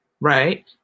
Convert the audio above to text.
right